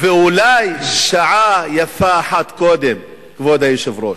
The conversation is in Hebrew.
ואולי יפה שעה אחת קודם, כבוד היושב-ראש.